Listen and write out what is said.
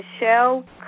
Michelle